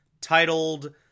titled